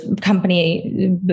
company